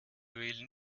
wählen